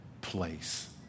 place